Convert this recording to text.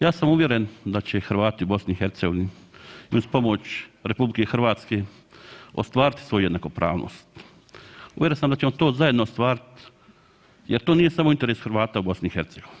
Ja sam uvjeren da će i Hrvati u BiH i uz pomoć RH ostvariti svoju jednakopravnost, uvjeren sam da ćemo to zajedno ostvariti jer to nije samo u interesu Hrvata u BiH.